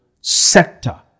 sector